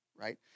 right